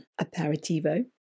aperitivo